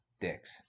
dicks